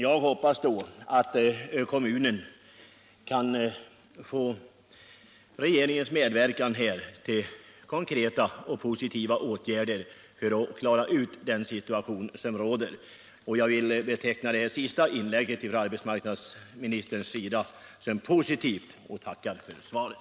Jag hoppas då att kommunen kan få regeringens medverkan till konkreta och positiva åtgärder för att klara ut den situation som råder. Jag vill beteckna arbetsmarknadsministerns senaste inlägg som positivt och tackar än en gång för svaret.